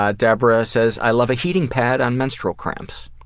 ah debra says i love a heating pad on menstrual cramps.